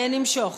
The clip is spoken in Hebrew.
נמשוך.